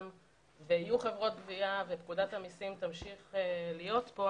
ויהיו חברות גבייה ופקודת המיסים תמשיך להיות פה,